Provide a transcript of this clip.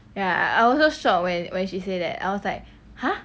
ya I also shock when when she say that I was like !huh!